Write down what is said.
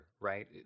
right